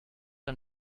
ein